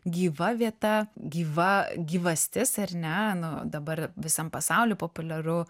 gyva vieta gyva gyvastis ar ne nu dabar visam pasauly populiaru